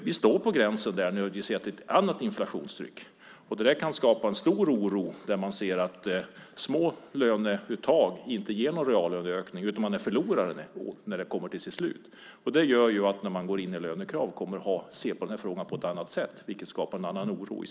Vi står på gränsen och ser att det finns ett annat inflationstryck. Det kan skapa en stor oro när man ser att små löneuttag inte ger någon reallöneökning, utan man är förlorare till slut. Det gör att när det kommer an på lönekrav kommer man att se på det här på ett annat sätt, vilket skapar en annan oro.